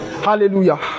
Hallelujah